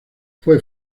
fue